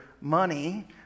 money